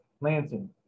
Lansing